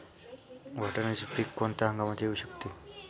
वाटाण्याचे पीक कोणत्या हंगामात येऊ शकते?